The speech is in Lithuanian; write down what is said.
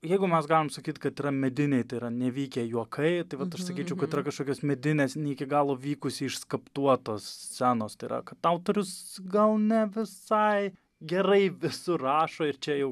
jeigu mes galim sakyt kad yra mediniai tai yra nevykę juokai tai vat aš sakyčiau kad yra kažkokios medinės ne iki galo vykusiai išskaptuotos scenos tai yra kad autorius gal ne visai gerai surašo ir čia jau